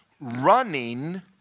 Running